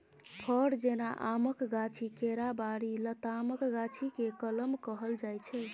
फर जेना आमक गाछी, केराबारी, लतामक गाछी केँ कलम कहल जाइ छै